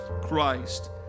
Christ